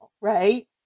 right